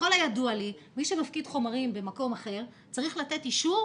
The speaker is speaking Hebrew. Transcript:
ככל הידוע לי מי שמפקיד חומרים במקום אחר צריך לתת אישור